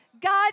God